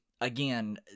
Again